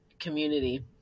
community